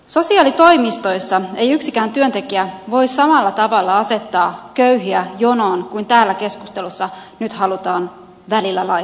sosiaalitoimistoissa ei yksikään työntekijä voi samalla tavalla asettaa köyhiä jonoon kuin täällä keskustelussa nyt halutaan välillä laittaa